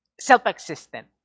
Self-existent